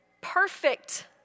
perfect